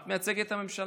את מייצגת את הממשלה.